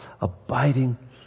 abiding